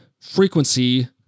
frequency